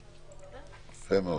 אנחנו הצענו פעם בחודש --- לא,